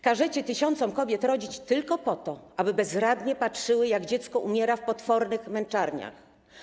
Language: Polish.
Każecie tysiącom kobiet rodzić tylko po to, aby bezradnie patrzyły, jak dziecko umiera w potwornych męczarniach.